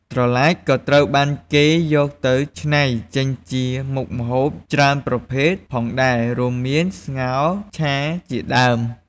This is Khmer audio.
ត្រឡាចក៏ត្រូវបានគេយកទៅឆ្នៃចេញជាមុខម្ហូបច្រើនប្រភេទផងដែររួមមាន ស្ងោរ ឆាជាដើម ។